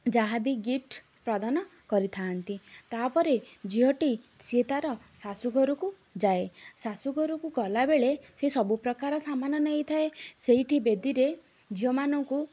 ଯାହାବି ଗିଫ୍ଟ ପ୍ରଦାନ କରିଥାନ୍ତି ତାପରେ ଝିଅଟି ସିଏ ତାର ଶାଶୁଘରକୁ ଯାଏ ଶାଶୁଘରକୁ ଗଲାବେଳେ ସେ ସବୁ ପ୍ରକାର ସାମାନ ନେଇଥାଏ ସେଇଠି ବେଦିରେ ଝିଅମାନଙ୍କୁ